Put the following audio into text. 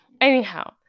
Anyhow